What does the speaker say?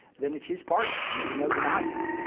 then it's his party and there's no denying him.